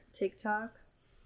TikToks